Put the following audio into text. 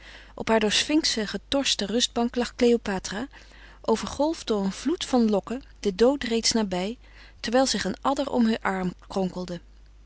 op haar door sfinxen getorste rustbank lag kleopatra overgolfd door een vloed van lokken den dood reeds nabij terwijl zich een adder om heur arm kronkelde